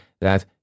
that